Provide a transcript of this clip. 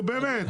נו, באמת.